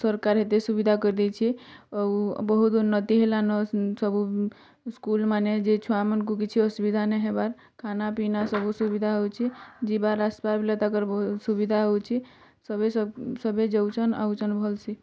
ସରକାର୍ ଏତେ ସୁବିଧା କରିଦେଇଛି ଆଉ ବହୁତ୍ ଉନ୍ନତି ହେଲାନ ସବୁ ସ୍କୁଲ୍ମାନେ ଯେ ଛୁଆମାନଙ୍କୁ କିଛି ଅସୁବିଧା ନାଇଁ ହେବାର ଖାନାପିନା ସବୁ ସୁବିଧା ହେଉଛି ଯିବାର୍ ଆସିବାର୍ ବେଲେ ତାକର୍ ବହୁତ୍ ସୁବିଧା ହେଉଛି ସବେ ସବେ ସବେ ଯାଉଛନ୍ ଆଉଛନ୍ ଭଲ୍ସେ